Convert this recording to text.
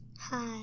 Hi